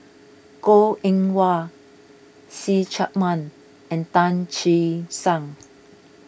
Goh Eng Wah See Chak Mun and Tan Che Sang